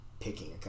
Picking